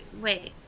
wait